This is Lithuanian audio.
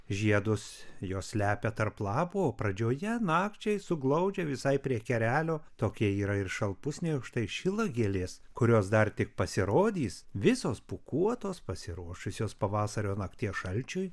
žiedus jos slepia tarp lapų pradžioje nakčiai suglaudžia visai prie kerelio tokia yra ir šalpusniai o štai šilagėlės kurios dar tik pasirodys visos pūkuotos pasiruošusios pavasario nakties šalčiui